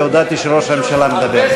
והודעתי שראש הממשלה מדבר.